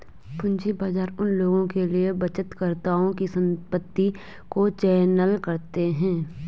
पूंजी बाजार उन लोगों के लिए बचतकर्ताओं की संपत्ति को चैनल करते हैं